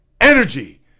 energy